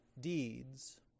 deeds